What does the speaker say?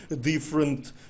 different